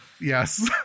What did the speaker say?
yes